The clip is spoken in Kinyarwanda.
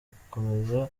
gukomeza